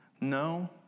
No